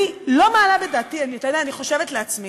אני לא מעלה בדעתי, אתה יודע, אני חושבת לעצמי,